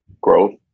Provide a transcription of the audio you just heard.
growth